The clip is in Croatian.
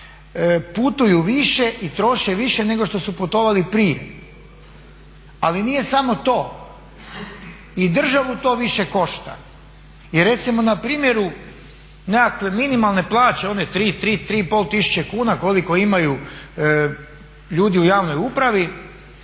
putuju više i troše više nego što su putovali prije. Ali nije samo to, i državu to više košta. Recimo na primjeru nekakve minimalne plaće, one 3500 kuna koliko imaju ljudi u javnoj upravi,